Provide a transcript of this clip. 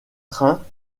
train